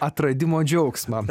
atradimo džiaugsmą